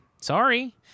sorry